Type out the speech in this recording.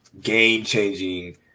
game-changing